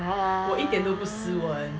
ah